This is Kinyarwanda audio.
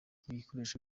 ibikoresho